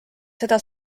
seda